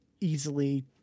easily